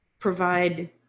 provide